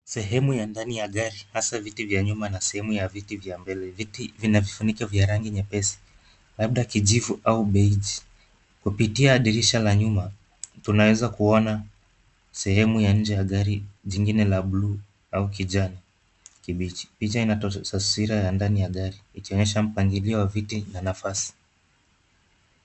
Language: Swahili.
Sehemu ya ndani ya gari, haswa viti vya nyuma na sehemu ya viti vya mbele. Viti vina vifunikio vya rangi nyepesi, labda kijivu au beige . Kupitia dirisha la nyuma, tunaweza kuona sehemu ya nje ya gari jingine la blue au kijani kibichi. Picha ina taswira ya ndani ya gari, ikionyesha mpangilio wa viti na nafasi.